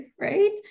right